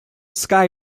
sky